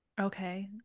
Okay